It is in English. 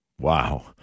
Wow